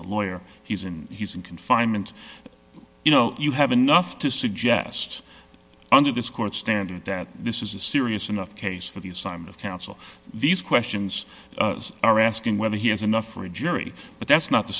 no lawyer he's in he's in confinement you know you have enough to suggest under this court's standard that this is a serious enough case for the assignment of counsel these questions are asking whether he has enough for a jury but that's not the